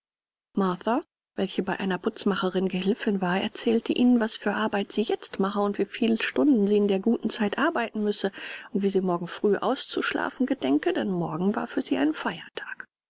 martha welche bei einer putzmacherin gehilfin war erzählte ihnen was für arbeit sie jetzt mache und wie viel stunden sie in der guten zeit arbeiten müsse und wie sie morgen früh auszuschlafen gedenke denn morgen war für sie ein feiertag